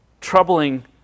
troubling